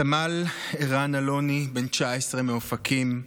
סמל ערן אלוני, בן 19 מאופקים,